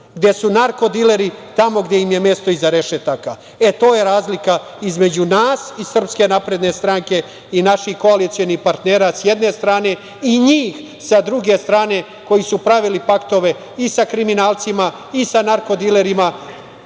gde su narko-dileri tamo gde im je mesto, iza rešetaka. To je razlika između nas iz SNS i naših koalicionih partnera, s jedne strane, i njih, sa druge strane, koji su pravili paktove i sa kriminalcima i sa narko-dilerima